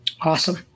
Awesome